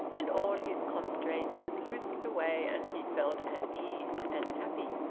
and all his constraint was loosed away, and he felt at ease, and happy.